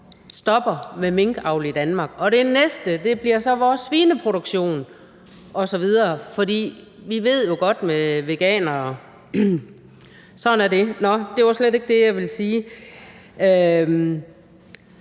stopper med minkavl i Danmark. Og det næste bliver så vores svineproduktion osv., for vi ved jo godt, hvordan det er med veganere. Sådan er det. Nå, det var slet ikke det, jeg ville sige.